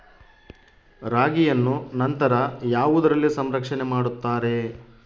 ರಾಗಿಯನ್ನು ನಂತರ ಯಾವುದರಲ್ಲಿ ಸಂರಕ್ಷಣೆ ಮಾಡುತ್ತಾರೆ?